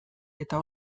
eta